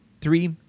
Three